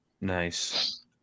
Nice